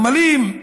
הגמלים.